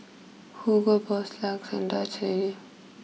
Hugo Boss LUX and Dutch Lady